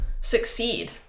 succeed